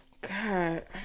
God